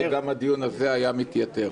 אולי גם הדיון הזה היה מתייתר.